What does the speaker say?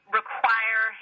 require